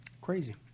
Crazy